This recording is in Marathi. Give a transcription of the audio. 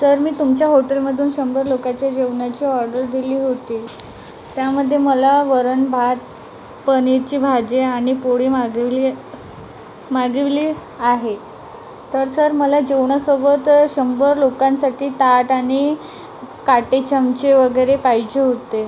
सर मी तुमच्या हॉटेलमधून शंभर लोकाच्या जेवणाची ऑर्डर दिली होती त्यामध्ये मला वरण भात पनीरची भाजी आणि पोळी मागिवली मागिवली आहे तर सर मला जेवणासोबत शंभर लोकांसाठी ताट आणि काटे चमचे वगैरे पाहिजे होते